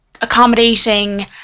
accommodating